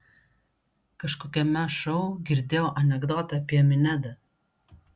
kažkokiame šou girdėjau anekdotą apie minedą